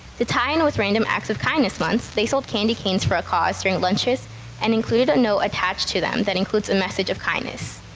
to tie in with random acts of kindness month, they sold candy canes for a cause during lunches and included a note attached to them that includes a message of kindness.